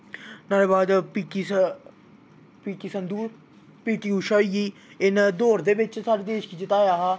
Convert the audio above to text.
नोह्ड़े बाद फ्ही किश P T Sandhu P T Usha होई गेई इ'नें दौड़ दे बिच्च सब कुछ जताया हा